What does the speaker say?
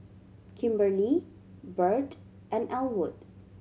Kimberlie Birt and Elwood